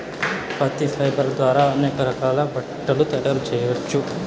పత్తి ఫైబర్ ద్వారా అనేక రకాల బట్టలు తయారు చేయచ్చు